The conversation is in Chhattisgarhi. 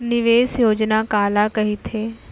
निवेश योजना काला कहिथे?